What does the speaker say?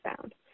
found